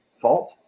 fault